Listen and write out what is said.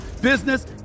business